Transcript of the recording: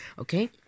Okay